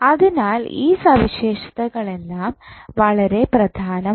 അതിനാൽ ഈ സവിശേഷതകൾ എല്ലാം വളരെ പ്രധാനമാണ്